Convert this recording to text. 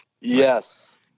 Yes